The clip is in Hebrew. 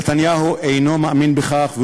נתניהו אינו מאמין בכך,